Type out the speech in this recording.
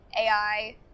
AI